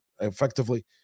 effectively